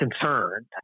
concerned